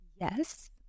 Yes